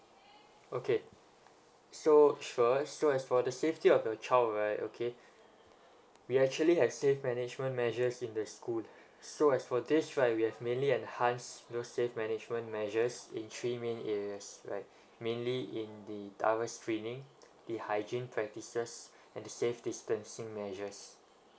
okay so sure so as for the safety of your child right okay we actually have safe management measures in the school so as for this right we have mainly enhanced new safe management measures in three main areas right mainly in the training the hygiene practices and the safe distancing measures